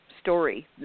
story